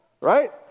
right